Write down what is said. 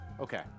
Okay